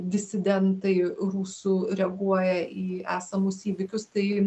disidentai rusų reaguoja į esamus įvykius tai